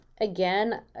again